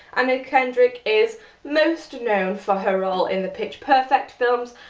anna kendrick is most known for her role in the pitch perfect films.